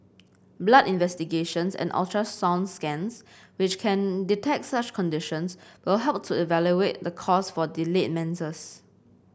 blood investigations and ultrasound scans which can detect such conditions will help to evaluate the cause for delayed menses